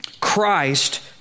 Christ